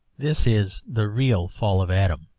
this is the real fall of adam,